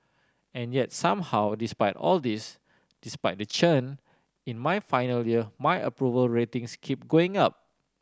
and yet somehow despite all this despite the churn in my final year my approval ratings keep going up